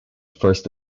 first